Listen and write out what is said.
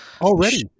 Already